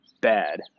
bad